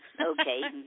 Okay